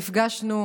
נפגשנו,